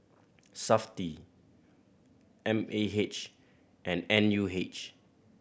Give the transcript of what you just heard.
Safti M A H and N U H